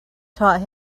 taught